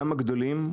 גם הגדולים,